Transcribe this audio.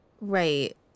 Right